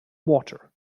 water